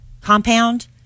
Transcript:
compound